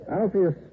Alpheus